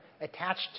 attached